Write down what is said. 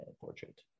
portrait